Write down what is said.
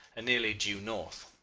and nearly due north.